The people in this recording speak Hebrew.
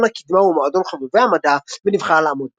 הקדמה" ו"מועדון חובבי המדע" ונבחר לעמוד בראשם..